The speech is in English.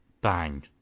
Bang